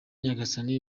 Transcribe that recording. nyagasani